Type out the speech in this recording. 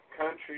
country